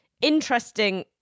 interesting